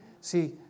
See